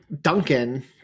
duncan